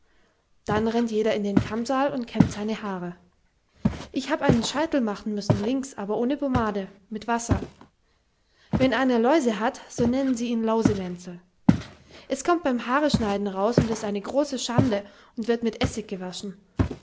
dann rennt jeder in den kammsaal und kämmt seine haare ich hab einen scheitel machen missen links aber ohne bomade mit wasser wenn einer läuse hat so nennen sie ihn lausewenzel es kommt beim haareschneiden raus und ist eine große schande und wird mit essig gewaschen